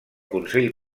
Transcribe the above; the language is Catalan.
consell